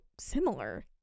similar